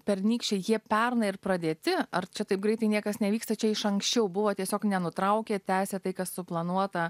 pernykščiai jie pernai ir pradėti ar čia taip greitai niekas nevyksta čia iš anksčiau buvo tiesiog nenutraukė tęsė tai kas suplanuota